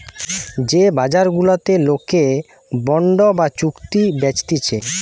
যে বাজার গুলাতে লোকে বন্ড বা চুক্তি বেচতিছে